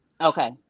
Okay